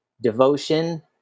devotion